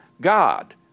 God